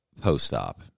post-op